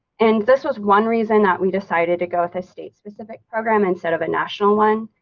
and this was one reason that we decided to go with a state specific program instead of a national one.